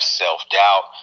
self-doubt